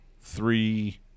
three